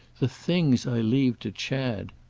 the things i leave to chad!